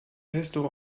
pesto